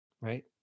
right